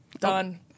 done